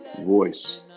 voice